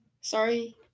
Sorry